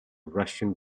russian